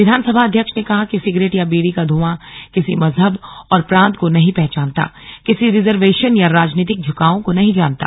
विधानसभा अध्यक्ष ने कहा कि सिगरेट या बीड़ी का धुआं किसी मजहब और प्रांत को नहीं पहचानता किसी रिजर्वेशन या राजनीतिक झुकावों को नहीं जानता